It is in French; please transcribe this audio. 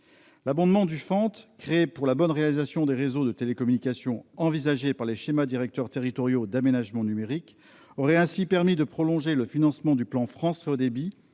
L'abondement du FANT, créé pour la bonne réalisation des réseaux de télécommunications envisagés par les schémas directeurs territoriaux d'aménagement numérique, aurait ainsi permis de prolonger le financement du plan France très haut